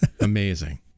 Amazing